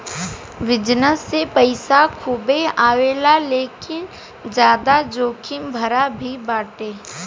business से पईसा खूबे आवेला लेकिन ज्यादा जोखिम भरा भी बाटे